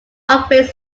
upgrades